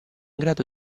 grado